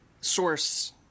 source